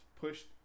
pushed